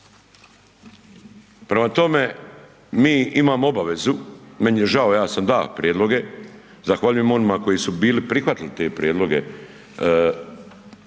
Prema tome, mi imamo obavezu, meni je žao, ja sam da' prijedloge, zahvaljujem onima koji su bili prihvatili te prijedloge